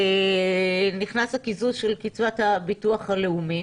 ונכנס הקיזוז של קצבת הביטוח הלאומי